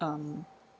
um